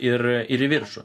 ir ir į viršų